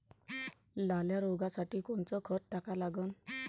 लाल्या रोगासाठी कोनचं खत टाका लागन?